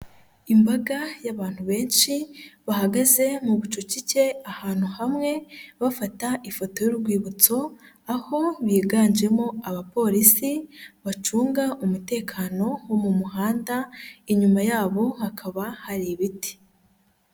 Imbaga y'abantu benshi bahagaze mu bucucike ahantu hamwe bafata ifoto y'urwibutso aho biganjemo abapolisi bacunga umutekano wo mu muhanda, inyuma yabo hakaba hari ibiti.